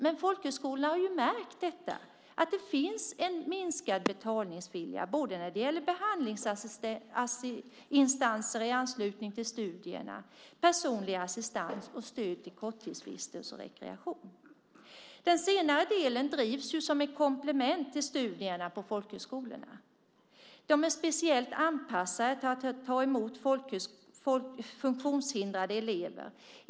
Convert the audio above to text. Men folkhögskolorna har märkt att det finns en minskad betalningsvilja både när det behandlingsinstanser i anslutning till studierna, personlig assistans och stöd till korttidsvistelse och rekreation. Den senare delen drivs som ett komplement till studierna på folkhögskolorna. De är speciellt anpassade till att ta emot funktionshindrade elever.